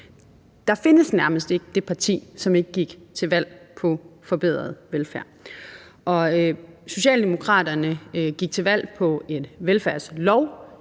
Der findes nærmest ikke det parti, som ikke gik til valg på forbedret velfærd. Socialdemokraterne gik til valg på en velfærdslov.